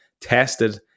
tested